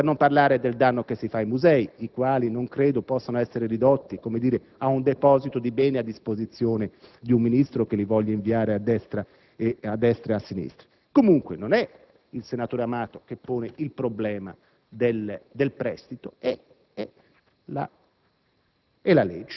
Per non parlare del danno che si fa ai musei, i quali non credo possano essere ridotti ad un deposito di beni a disposizione di un Ministro che li voglia inviare a destra e a sinistra. Ad ogni modo, non è il senatore Amato che pone il problema del prestito: è la